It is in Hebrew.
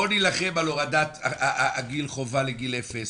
ואומר לכם: בוא נילחם על הורדת גיל החובה לגיל אפס.